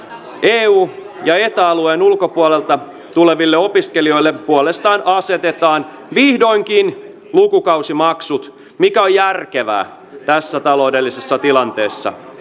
eu ja eta alueen ulkopuolelta tuleville opiskelijoille puolestaan asetetaan vihdoinkin lukukausimaksut mikä on järkevää tässä taloudellisessa tilanteessa